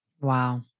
Wow